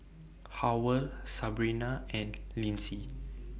Howell Sabina and Lindsey